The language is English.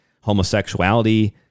homosexuality